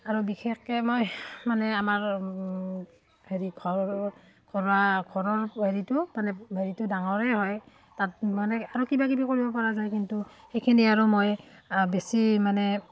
আৰু বিশেষকৈ মই মানে আমাৰ হেৰি ঘৰৰ ঘৰুৱা ঘৰৰ হেৰিটো মানে হেৰিটো ডাঙৰে হয় তাত মানে আৰু কিবাকিবি কৰিব পৰা যায় কিন্তু সেইখিনি আৰু মই বেছি মানে